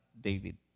David